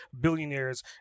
billionaires